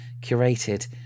curated